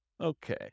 Okay